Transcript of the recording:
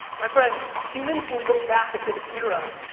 my friends, humans will look back at this era,